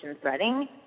threading